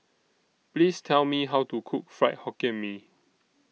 Please Tell Me How to Cook Fried Hokkien Mee